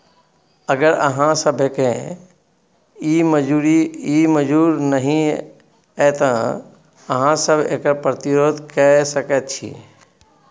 अगर अहाँ सभकेँ ई मजूर नहि यै तँ अहाँ सभ एकर प्रतिरोध कए सकैत छी